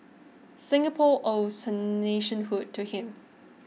Singapore owes her nationhood to him